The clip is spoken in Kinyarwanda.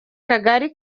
kagali